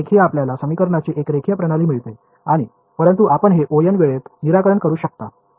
रेखीय आपल्याला समीकरणांची एक रेखीय प्रणाली मिळते आणि परंतु आपण हे O वेळेत निराकरण करू शकता